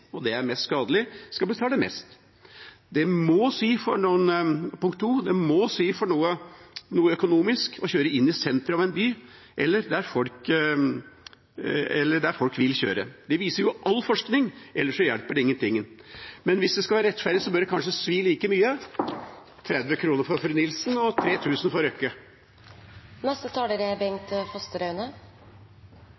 den som forurenser mest og gjør mest skade, skal betale mest. For det andre må det ha noe å si økonomisk å kjøre inn i sentrum av en by, eller der folk vil kjøre. Det viser jo all forskning. Ellers hjelper det ingenting. Men hvis det skal være rettferdig, bør det kanskje svi like mye – 30 kroner for fru Nilsen og 3 000 kroner for Røkke.